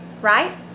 Right